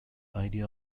idea